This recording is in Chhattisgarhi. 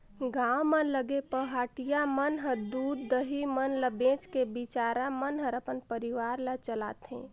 गांव म लगे पहाटिया मन ह दूद, दही मन ल बेच के बिचारा मन हर अपन परवार ल चलाथे